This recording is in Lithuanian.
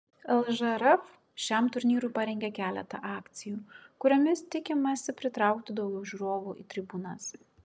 lžrf šiam turnyrui parengė keletą akcijų kuriomis tikimasi pritraukti daugiau žiūrovų į tribūnas